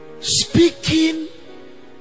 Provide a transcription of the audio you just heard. speaking